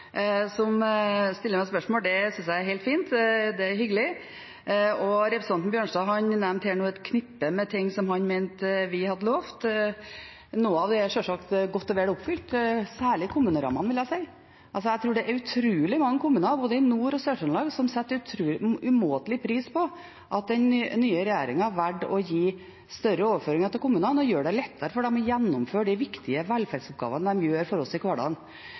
stiller meg spørsmål, synes jeg er helt fint, det er hyggelig. Representanten Bjørnstad nevnte nå et knippe med ting han mente at vi hadde lovd. Noe av det er sjølsagt godt og vel oppfylt, særlig kommunerammene. Jeg tror det er utrolig mange kommuner – både i Nord-Trøndelag og i Sør-Trøndelag – som setter umåtelig pris på at den nye regjeringen har valgt å gi større overføringer til kommunene og gjør det lettere for dem å gjennomføre de viktige velferdsoppgavene de gjør for oss i hverdagen.